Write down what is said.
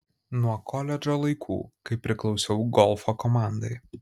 nuo koledžo laikų kai priklausiau golfo komandai